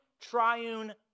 triune